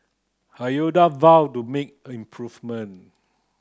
vowed to make improvement